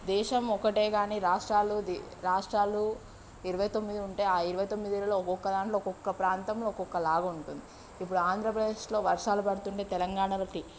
దేశం ఒక్కటే కాని రాష్ట్రాలుది రాష్ట్రాలు ఇరవై తొమ్మిది ఉంటే ఆ ఇరవై తొమ్మిదిలో ఒక్కొక్క దాంట్లో ఒక్కొక్క ప్రాంతంలో ఒక్కొక్క లాగా ఉంటుంది ఇప్పుడు ఆంధ్రప్రదేశ్లో వర్షాలు పడుతుంటే తెలంగాణాలో టి